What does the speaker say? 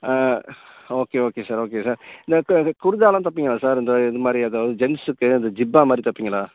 ஆ okay okay sir okay sir இந்த க குர்தாலாம் தைப்பீங்களா சார் இந்த இது மாதிரி அதாவது ஜென்ஸுக்கு இந்த ஜிப்பா மாதிரி தைப்பீங்களா